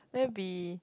then it'll be